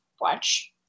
watch